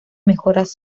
mejoras